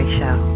show